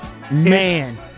Man